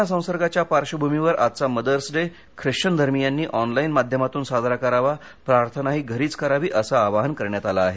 corona संसर्गाच्या पार्श्वभूमीवर आजचा मदर्स डे ख्रिश्चन धर्मियांनी ऑनलाइन माध्यमातून साजरा करावा प्रार्थनाही घरीच करावी असं आवाहन करण्यात आलं आहे